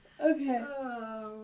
Okay